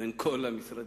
בין כל המשרדים.